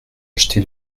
acheté